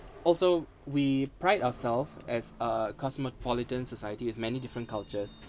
also we pride ourselves as a cosmopolitan society with many different cultures